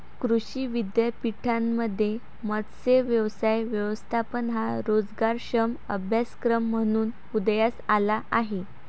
कृषी विद्यापीठांमध्ये मत्स्य व्यवसाय व्यवस्थापन हा रोजगारक्षम अभ्यासक्रम म्हणून उदयास आला आहे